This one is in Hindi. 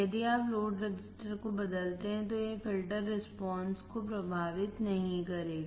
यदि आप लोड रजिस्टर को बदलते हैं तो यह फ़िल्टर रिस्पांसको प्रभावित नहीं करेगा